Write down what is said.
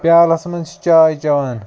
پیالَس منٛز چھِ چاے چیٚوان